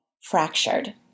fractured